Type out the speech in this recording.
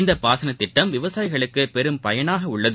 இந்தபாசனத் திட்டம் விவசாயிகளுக்குபெரும் பயனாகஉள்ளது